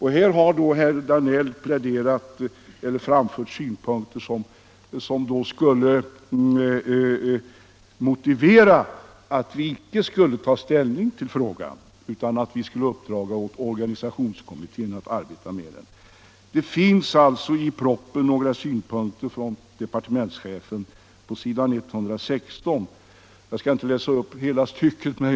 Herr Danell har här framfört synpunkter, som skulle motivera att vi inte tog ställning till frågan utan uppdrog åt organisationskommittén att arbeta med den. I propositionen finns på s. 116 några synpunkter från departementschefen.